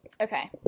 Okay